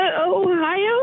Ohio